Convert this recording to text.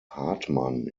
hartmann